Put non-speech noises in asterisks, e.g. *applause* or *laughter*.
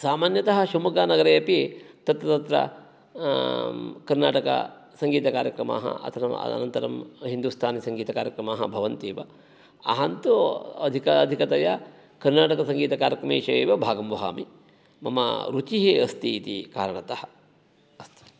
सामान्यतः शिव्मोग्गानगरेपि तत्र तत्र कर्णाटकासङ्गीतकार्यक्रमाः *unintelligible* अनन्तरं हिन्दुस्तानीसङ्गीतकार्यक्रमाः भवन्त्येव अहन्तु अधिकाधिकतया कर्णाटकसङ्गीतकार्यक्रमेषु एव भागं वहामि मम रुचिः अस्ति इति कारणतः अस्तु